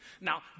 Now